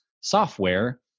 software